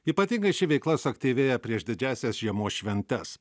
ypatingai ši veikla suaktyvėja prieš didžiąsias žiemos šventes